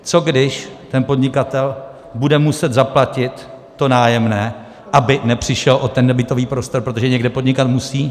Co když ten podnikatel bude muset zaplatit to nájemné, aby nepřišel o ten nebytový prostor, protože někde podnikat musí?